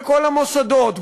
בכל המוסדות,